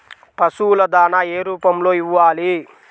పశువుల దాణా ఏ రూపంలో ఇవ్వాలి?